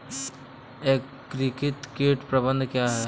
एकीकृत कीट प्रबंधन क्या है?